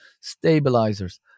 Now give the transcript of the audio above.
stabilizers